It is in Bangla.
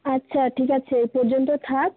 আচ্ছা ঠিক আছে এ পর্যন্ত থাক